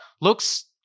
looks